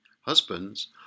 Husbands